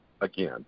again